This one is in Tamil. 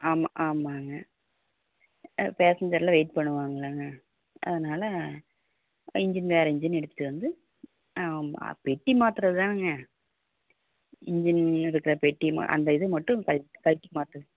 ஆமாம் ஆமாங்க ஆ பேசஞ்சர்ஸ்லாம் வெயிட் பண்ணுவாங்களாங்க அதனால் இன்ஜின் வேறு இன்ஜின் எடுத்துகிட்டு வந்து பெட்டி மாற்றுறது தானங்க இன்ஜின் இருக்கிற பெட்டி ம அந்த இதை மட்டும் கழட் கழட்டி மாட்டுறது